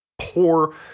poor